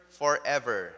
forever